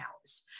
hours